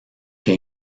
que